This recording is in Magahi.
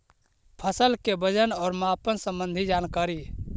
फसल के वजन और मापन संबंधी जनकारी?